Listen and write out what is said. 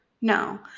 No